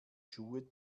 schuhe